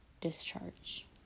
discharge